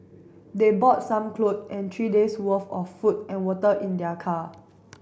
they brought some clothes and three days worth of food and water in their car